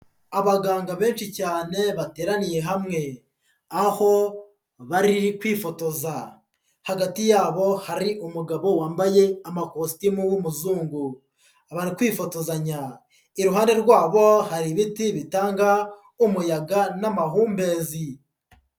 Abaganga benshi cyane bateraniye hamwe aho bari kwifotoza, hagati yabo hari umugabo wambaye amakositimu w'umuzungu bari kwifotozanya; iruhande rwabo hari ibiti bitanga umuyaga n'amahumbezi.